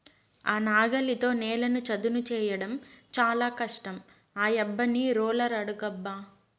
ఆ నాగలితో నేలను చదును చేయడం చాలా కష్టం ఆ యబ్బని రోలర్ అడుగబ్బా